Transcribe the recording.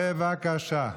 בבקשה.